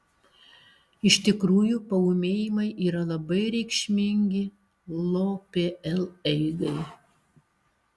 iš tikrųjų paūmėjimai yra labai reikšmingi lopl eigai